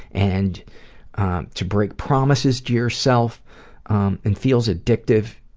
and to break promises to yourself um and feels addictive,